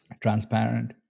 transparent